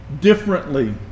differently